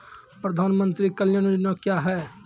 प्रधानमंत्री कल्याण योजना क्या हैं?